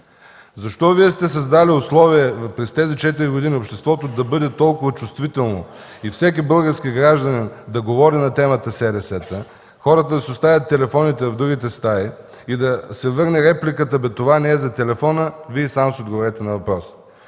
Защо Вие сте създали условия през тези четири години обществото да бъде толкова чувствително и всеки български гражданин да говори на темата сересета, хората да си оставят телефоните в другите стаи и да се върне репликата: „Абе, това не е за телефона”, Вие сам си отговорете на въпроса.